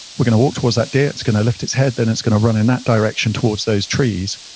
we're going to walk towards that deer. it's going to lift its head, then it's going to run in that direction towards those trees.